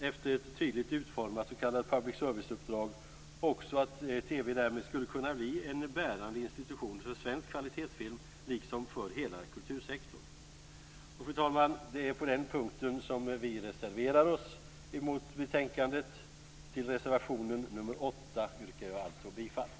Efter ett tydligt utformat s.k. public service-uppdrag skulle TV därmed också kunna bli en bärande institution för svensk kvalitetsfilm liksom för hela kultursektorn. Fru talman! Det är på denna punkt som vi reserverar oss emot betänkandet. Jag yrkar alltså bifall till reservation nr 8.